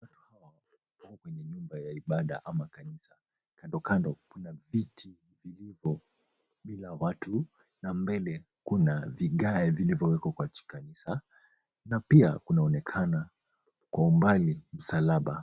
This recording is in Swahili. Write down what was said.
Kwenye nyumba ya ibaada au kanisa, kandokando kuna viti vilivyo bila watu. Mbele kuna vigae vilivyowekwa kwa kanisa, na pia kunaonekana kwa umbali msalaba.